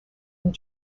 and